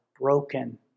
broken